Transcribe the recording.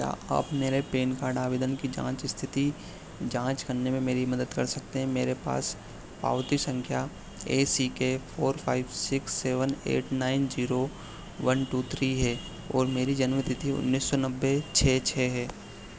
क्या आप मेरे पैन कार्ड आवेदन की जाँच इस्थिति जाँच करने में मेरी मदद कर सकते हैं मेरे पास पावती सँख्या A C K four five six seven eight nine zero one two three है और मेरी जन्मतिथि उन्नीस सौ नब्बे छह छह है